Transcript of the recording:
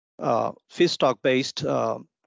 feedstock-based